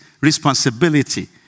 Responsibility